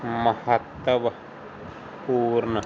ਮਹੱਤਵਪੂਰਨ